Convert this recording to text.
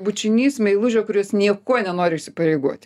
bučinys meilužio kuris niekuo nenori įsipareigoti